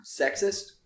sexist